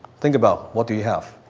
think about what do you have.